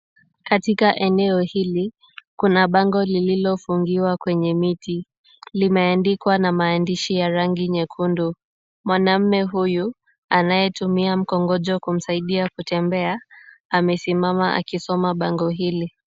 Katika eneo hili kuna bango lililofungiwa kwenye miti. Limeandikwa kwa maandishi ya rangi nyekundu. Mwanaume huyu anayetumia mkongojo kumsaidia kutembea, amesimama akisoma bango hili.